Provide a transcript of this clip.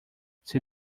see